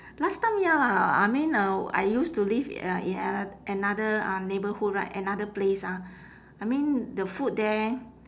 last time ya lah I mean uh I used to live uh in ano~ another uh neighborhood right another place ah I mean the food there